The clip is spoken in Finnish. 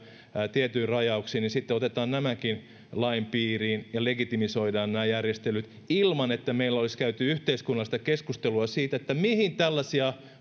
tietyin rajauksin otetaan nämäkin lain piiriin ja legitimoidaan nämä järjestelyt ilman että meillä olisi käyty yhteiskunnallista keskustelua siitä mihin tällaisia